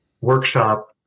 workshop